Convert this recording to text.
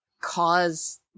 cause